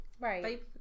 right